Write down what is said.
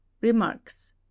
Remarks